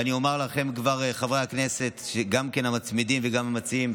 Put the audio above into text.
ואני כבר אומר לכם, חברי הכנסת המתמידים והמציעים,